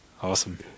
awesome